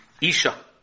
isha